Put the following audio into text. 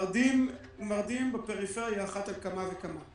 מרדים בפריפריה על אחת כמה וכמה.